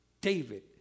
David